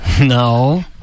No